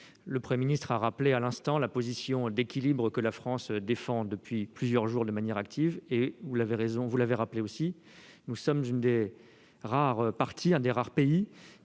Le Premier ministre a évoqué à l'instant la position d'équilibre que la France défend depuis plusieurs jours de manière active. Vous l'avez dit aussi, nous sommes un des rares pays qui puisse parler aux